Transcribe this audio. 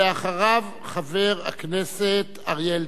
ואחריו חבר הכנסת אריה אלדד.